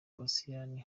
posiyani